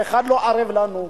אף אחד לא ערב לנו,